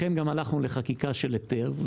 לכן גם הלכנו לחקיקה של היתר,